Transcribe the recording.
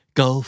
go